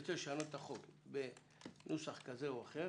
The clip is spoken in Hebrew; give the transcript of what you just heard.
תרצה לשנות את החוק בנוסח כזה או אחר